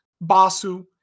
Basu